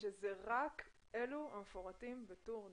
שזה רק אלה המפורטים בטור ד'